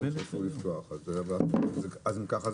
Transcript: אם כך,